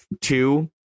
two